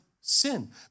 sin